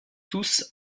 tous